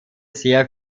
sehr